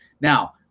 Now